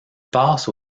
passe